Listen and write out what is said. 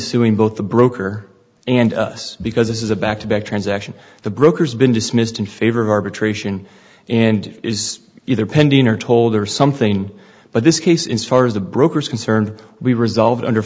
suing both the broker and us because this is a back to back transaction the broker's been dismissed in favor of arbitration and is either pending or told or something but this case insofar as the brokers concerned we resolve under